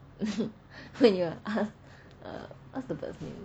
when you are asked what's the bird's name